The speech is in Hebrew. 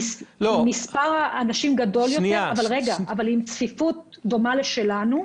אומנם מספר האנשים שם גדול יותר אבל היא עם צפיפות דומה לשלנו.